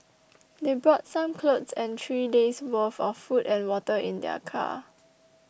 they brought some clothes and three days' worth of food and water in their car